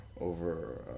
over